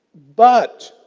but,